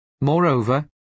Moreover